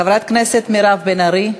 חברת הכנסת מירב בן ארי,